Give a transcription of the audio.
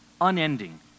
unending